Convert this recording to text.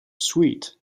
suite